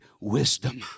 wisdom